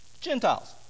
Gentiles